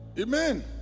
Amen